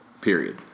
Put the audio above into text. Period